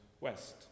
West